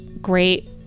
great